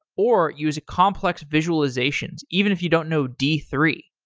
or use complex visualizations even if you don't know d three.